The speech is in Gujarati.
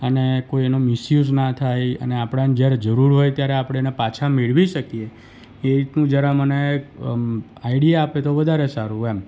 અને કોઈ એનો મિસયૂઝ ના થાય અને આપણને જ્યારે જરૂર હોય ત્યારે આપણે એને પાછા મેળવી શકીએ એ રીતનું જરા મને એક આઈડિયા આપે તો વધારે સારું એમ